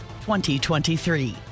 2023